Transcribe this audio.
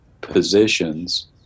positions